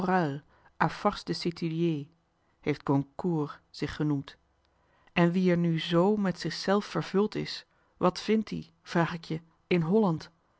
s'étudier heeft goncourt zich genoemd en wie er nu zoo met zichzelf vervuld is wat vindt die vraag ik je in holland